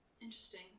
Interesting